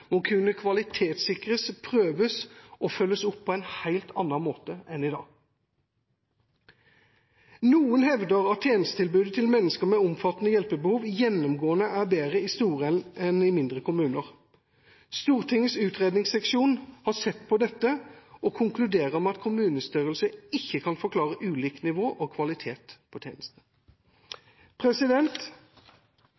må kunne kvalitetssikres, prøves og følges opp på en helt annen måte enn i dag. Noen hevder at tjenestetilbudet til mennesker med omfattende hjelpebehov gjennomgående er bedre i store kommuner enn i mindre. Stortingets utredningsseksjon har sett på dette og konkluderer med at kommunestørrelse ikke kan forklare ulikt nivå og ulik kvalitet på tjenestene.